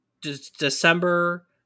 December